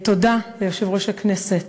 תודה ליושב-ראש הכנסת,